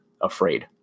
afraid